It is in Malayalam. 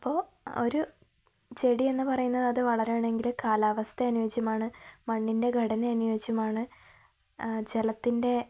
അപ്പോള് ഒരു ചെടിയെന്ന് പറയുന്നത് അത് വളരണമെങ്കില് കാലാവസ്ഥ അനുയോജ്യമാണ് മണ്ണിൻ്റെ ഘടന അനുയോജ്യമാണ് ജലത്തിൻ്റെ